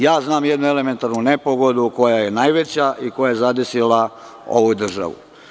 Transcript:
Ja znam jednu elementarnu nepogodu koja je najveća i koja je zadesila ovu državu.